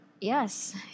yes